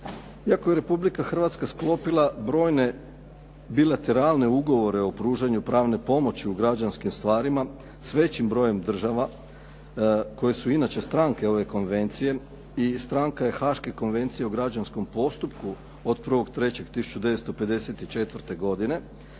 Iako je Republika Hrvatska sklopila brojne bilateralne ugovore o pružanju pravne pomoći u građanskim stvarima, s većim brojem država koje su inače stranke ove konvencije i stranka je Haške konvencije u građanskom postupku od 01. 03. 1954. godine.